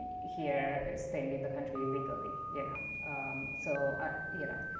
here staying in the country illegally, you know? so you know